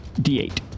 D8